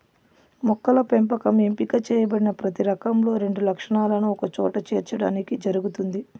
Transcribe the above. మొక్కల పెంపకం ఎంపిక చేయబడిన ప్రతి రకంలో రెండు లక్షణాలను ఒకచోట చేర్చడానికి జరుగుతుంది